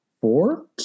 four